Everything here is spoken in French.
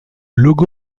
logo